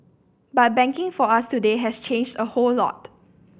but banking for us today has changed a whole lot